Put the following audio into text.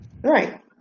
right